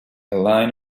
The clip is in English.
line